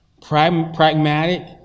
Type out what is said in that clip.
pragmatic